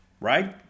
Right